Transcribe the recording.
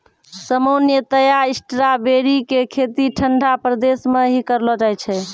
सामान्यतया स्ट्राबेरी के खेती ठंडा प्रदेश मॅ ही करलो जाय छै